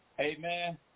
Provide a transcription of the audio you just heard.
Amen